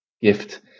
gift